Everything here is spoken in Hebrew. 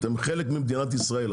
אתן חלק ממדינת ישראל,